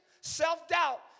self-doubt